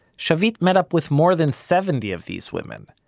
shavit met up with more than seventy of these women,